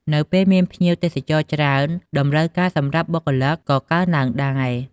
នៅពេលមានភ្ញៀវទេសចរច្រើន តម្រូវការសម្រាប់បុគ្គលិកក៏កើនឡើងដែរ។